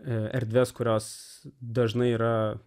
erdves kurios dažnai yra